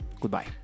Goodbye